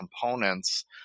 components